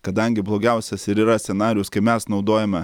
kadangi blogiausias ir yra scenarijus kai mes naudojame